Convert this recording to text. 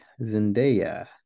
Zendaya